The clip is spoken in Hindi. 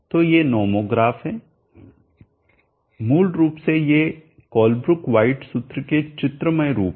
तो ये नोमोग्राफ हैं मूल रूप से ये कोलब्रुक वाइट सूत्र के चित्रमय रूप हैं